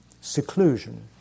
seclusion